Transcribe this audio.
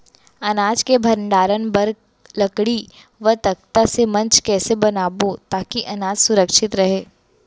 अनाज के भण्डारण बर लकड़ी व तख्ता से मंच कैसे बनाबो ताकि अनाज सुरक्षित रहे?